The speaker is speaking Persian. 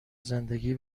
زندگی